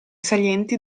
salienti